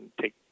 take